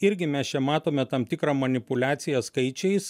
irgi mes čia matome tam tikrą manipuliaciją skaičiais